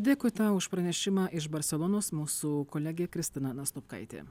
dėkui tau už pranešimą iš barselonos mūsų kolegė kristina nastopkaitė